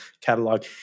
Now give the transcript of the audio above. catalog